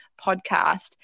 podcast